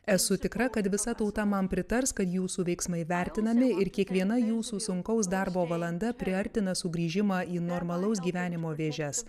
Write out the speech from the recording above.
esu tikra kad visa tauta man pritars kad jūsų veiksmai vertinami ir kiekviena jūsų sunkaus darbo valanda priartina sugrįžimą į normalaus gyvenimo vėžes